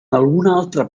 alguna